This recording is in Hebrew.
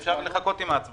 אולי אפשר לחכות עם ההצבעה.